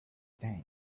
tent